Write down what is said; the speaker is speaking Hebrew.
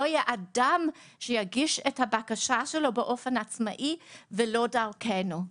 שיגיש את הבקשה באופן עצמאי ולא דרכנו.